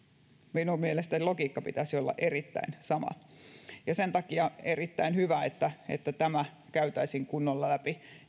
minun mielestäni logiikan pitäisi olla erittäin sama sen takia on erittäin hyvä että että tämä käytäisiin kunnolla läpi